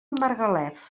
margalef